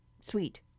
sweet